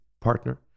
partner